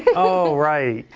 oh, right.